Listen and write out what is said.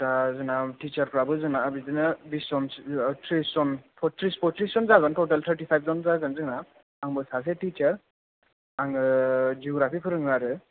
दा जोंना थिसारफ्राबो जोंना बिदिनो बिस जन थ्रिस जन पयथ्रिस जन जागोन जोंना थ'थेल थारथि फाएफ जन जागोन जोंना आंबो सासे थिसार आङो जुग्राफि फोरोङो आरो